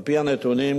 על-פי הנתונים,